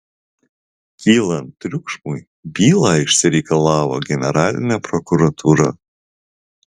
kylant triukšmui bylą išsireikalavo generalinė prokuratūra